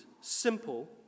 simple